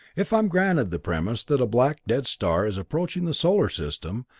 if i'm granted the premise that a black, dead star is approaching the solar system,